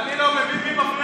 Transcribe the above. פעם